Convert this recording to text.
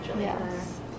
Yes